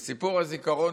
סיפור הזיכרון,